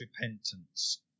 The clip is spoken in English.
repentance